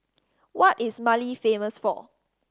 what is Mali famous for